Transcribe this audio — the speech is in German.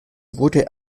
wurde